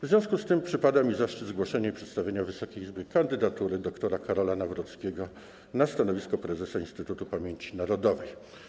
W związku z tym przypada mi zaszczyt zgłoszenia i przedstawienia Wysokiej Izbie kandydatury dr. Karola Nawrockiego na stanowisko prezesa Instytutu Pamięci Narodowej.